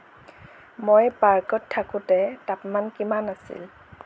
মই পাৰ্ক'ত থাকোঁতে তাপমান কিমান আছিল